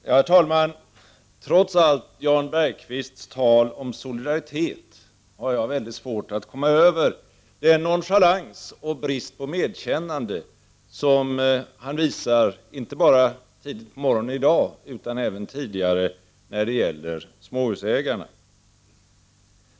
Herr talman! Trots allt Jan Bergqvists tal om solidaritet har jag väldigt svårt att komma över den nonchalans och brist på medkännande som han visat inte bara denna morgon utan även tidigare när det gäller småhusägarna.